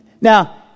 Now